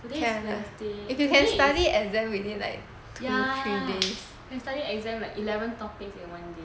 today is wednesday today is ya study exam is eleven topics in one day